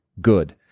good